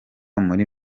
muri